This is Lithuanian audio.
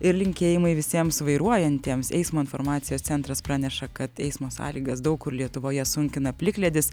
ir linkėjimai visiems vairuojantiems eismo informacijos centras praneša kad eismo sąlygas daug kur lietuvoje sunkina plikledis